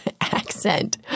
accent